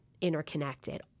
interconnected